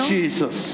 Jesus